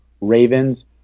Ravens